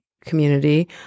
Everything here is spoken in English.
community